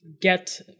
get